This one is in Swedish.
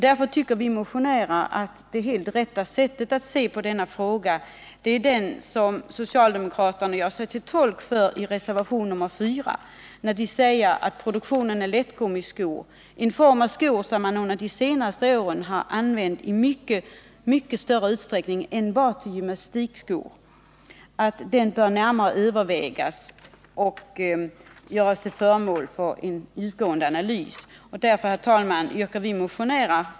Därför tycker vi motionärer att det rätta sättet att se på denna fråga är det som socialdemokraterna gör sig till tolk för i reservationen 4. Där säger man att produktionen av lättgummiskor — en form av skor som f. ö. under de senaste åren använts i mycket större utsträckning än bara till gymnastikskor — bör göras till föremål för en djupgående analys.